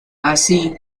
así